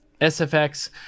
SFX